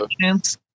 chance